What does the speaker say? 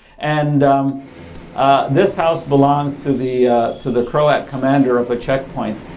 and um ah this house belong to the to the croat commander of a checkpoint.